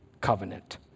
covenant